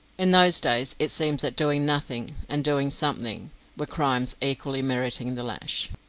in those days it seems that doing nothing and doing something were crimes equally meriting the lash.